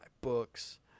books